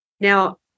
Now